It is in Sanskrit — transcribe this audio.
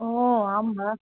ओ आं वा